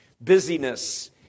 busyness